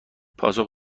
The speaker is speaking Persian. پاسخ